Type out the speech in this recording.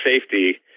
safety